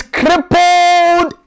crippled